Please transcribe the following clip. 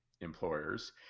employers